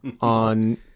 on